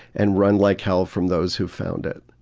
and run like hell from those who've found it.